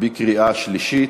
בקריאה שלישית.